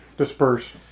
Disperse